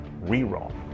reroll